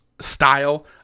style